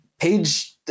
page